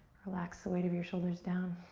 relax the weight of your shoulders down.